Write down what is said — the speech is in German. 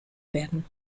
werden